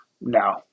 No